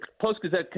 Post-Gazette